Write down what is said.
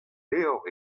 levr